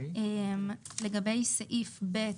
לגבי סעיף (ב)